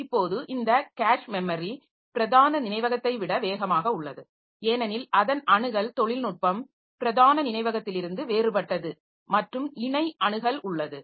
இப்போது இந்த cache memory பிரதான நினைவகத்தை விட வேகமாக உள்ளது ஏனெனில் அதன் அணுகல் தொழில்நுட்பம் பிரதான நினைவகத்திலிருந்து வேறுபட்டது மற்றும் இணை அணுகல் உள்ளது